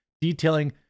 detailing